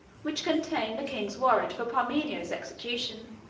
which contained the king's warrant for parmenio's execution.